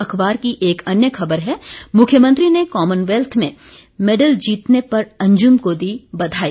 अखबार की एक अन्य खबर है मुख्यमंत्री ने कॉमनवेल्थ में मेडल जीतने पर अंजुम को दी बघाई